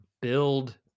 build